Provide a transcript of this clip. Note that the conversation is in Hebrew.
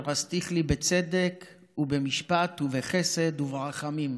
וארשתיך לי בצדק ובמשפט ובחסד וברחמים.